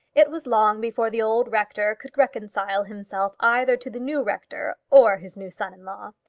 it was long before the old rector could reconcile himself either to the new rector or his new son-in-law.